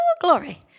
glory